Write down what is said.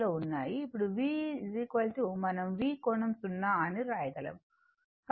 ఇప్పుడు V మనం V కోణం 0 అని వ్రాయగలము